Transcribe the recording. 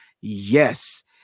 Yes